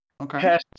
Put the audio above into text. Okay